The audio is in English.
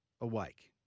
awake